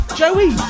joey